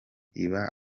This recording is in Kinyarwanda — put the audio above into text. iba